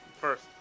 First